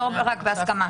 לא רק בהסכמה.